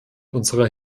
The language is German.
unserer